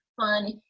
fun